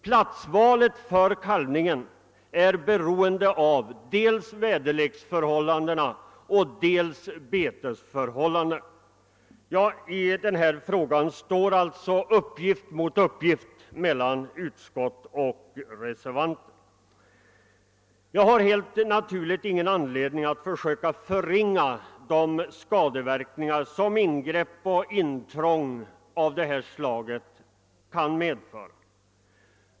Platsvalet för kalvningen är beroende av dels väderleksförhållandena, dels betesförhållandena. I denna fråga står alltså uppgift mot uppgift mellan utskottsmajoritet och reservanter. Jag har helt naturligt ingen anledning att försöka förringa de skadeverkningar som ingrepp och intrång av detta slag kan medföra.